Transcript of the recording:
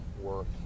work